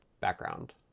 background